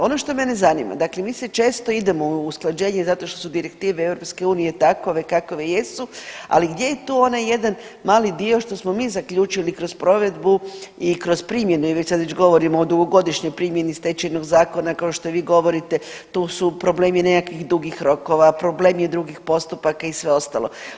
Ono što mene zanima dakle mi sad često idemo u usklađenje zato što su direktive EU takove kakve jesu, ali gdje je tu onaj jedan dio što smo mi zaključili kroz provedbu i kroz primjenu jer mi sad već govorimo o dugogodišnjoj primjeni stečajnog zakona kao što vi govorite tu su problemi nekakvih dugih rokova, problemi drugih postupaka i sve ostalo.